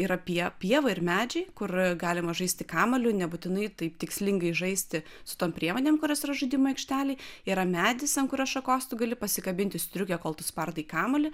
yra pie pieva ir medžiai kur galima žaisti kamuoliu nebūtinai taip tikslingai žaisti su tom priemonėm kurios yra žaidimų aikštelėj yra medis ant kurio šakos tu gali pasikabinti striukę kol tu spardai kamuolį